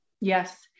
Yes